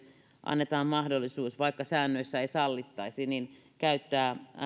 annetaan mahdollisuus vaikka säännöissä ei sallittaisi käyttää